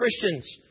Christians